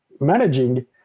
managing